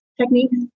techniques